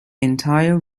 entire